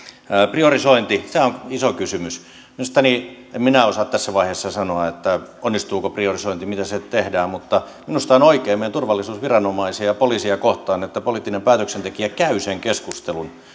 priorisointi se on iso kysymys en minä osaa tässä vaiheessa sanoa onnistuuko priorisointi miten se se tehdään mutta minusta on oikein meidän turvallisuusviranomaisia ja poliisia kohtaan että poliittinen päätöksentekijä käy sen keskustelun